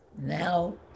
Now